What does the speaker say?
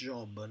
Job